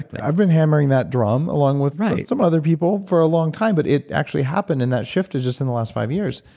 i've been hammering that drum, along with some other people, for a long time. but, it actually happened and that shift is just in the last five years.